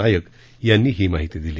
नायक यांनी ही माहिती दिली